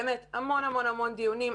באמת המון המון המון דיונים,